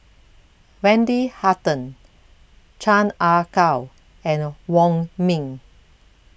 Wendy Hutton Chan Ah Kow and Wong Ming